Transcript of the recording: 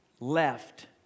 left